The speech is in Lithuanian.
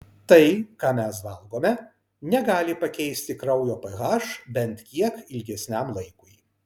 tai ką mes valgome negali pakeisti kraujo ph bent kiek ilgesniam laikui